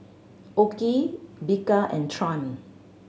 OKI Bika and Triumph